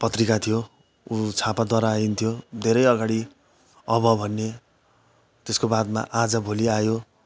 पत्रिका थियो उ छापाद्वारा आइन्थ्यो धेरै अगाडि अब भन्ने त्यसको बादमा आजभोलि आयो